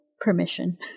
permission